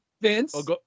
Vince